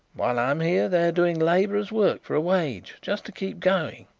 while i am here they are doing labourers' work for a wage, just to keep going.